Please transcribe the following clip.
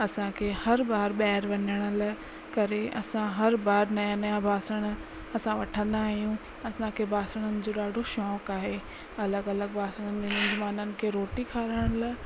असांखे हरु बार ॿाहिरि वञण लाइ करे असां हरु बार नया नया बासण असां वठंदा आहियूं असांखे बासणनि जो ॾाढो शौंक़ु आहे अलॻि अलॻि बासणइ में मेजमाननि खे रोटी खाराइण लाइ